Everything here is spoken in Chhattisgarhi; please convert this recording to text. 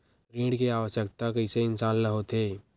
ऋण के आवश्कता कइसे इंसान ला होथे?